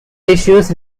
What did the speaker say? issues